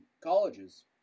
colleges